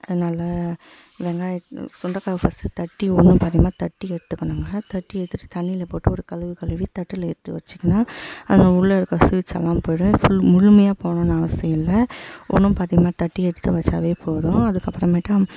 அது நல்ல வெங்காயம் சுண்டைக்காவ ஃபஸ்ட்டு தட்டி ஒன்றும் பாதியுமாக தட்டி எடுத்துக்கணும்ங்க தட்டி எடுத்துவிட்டு தண்ணியில் போட்டு ஒரு கழுவ கழுவி தட்டில் எடுத்து வைச்சிக்கின்னு அந்த உள்ளே இருக்க சீட்ஸெல்லாம் போய்டும் ஃபுல் முழுமையா போகணுன்னு அவசியம் இல்லை ஒன்றும் பாதியுமாக தட்டி எடுத்து வைச்சாவே போதும் அதுக்கு அப்புறமேட்டா